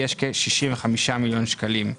יש כ-65 מיליון שקלים.